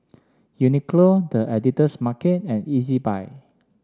Uniqlo The Editor's Market and Ezbuy